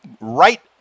right